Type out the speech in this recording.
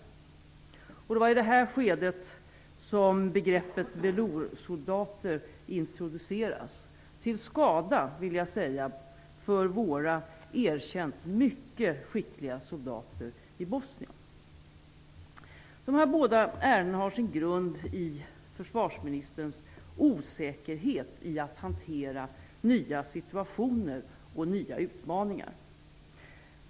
Det var i detta skede som begreppet "veloursoldater" introducerades, till skada, vill jag säga, för våra erkänt mycket skickliga soldater i Bosnien. De här båda ärendena har sin grund i försvarsministerns osäkerhet när det gäller att hantera nya situationer och nya utmaningar.